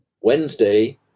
Wednesday